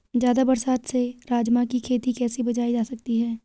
ज़्यादा बरसात से राजमा की खेती कैसी बचायी जा सकती है?